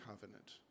covenant